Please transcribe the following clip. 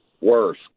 Worse